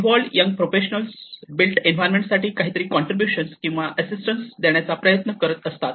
involved young professionals built environment साठी काहीतरी contribution किंवा असिस्टंस देण्याचा प्रयत्न करत असतात